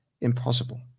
impossible